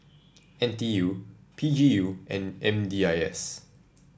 N T U P G U and M D I S